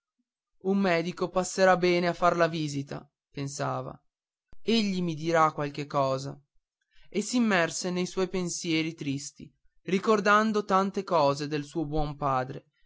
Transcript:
un medico passerà bene a far la visita pensava egli mi dirà qualche cosa e s'immerse ne suoi pensieri tristi ricordando tante cose del suo buon padre